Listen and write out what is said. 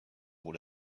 wohl